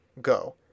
go